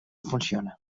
funciona